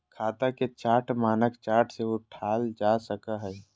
खाता के चार्ट मानक चार्ट से उठाल जा सकय हइ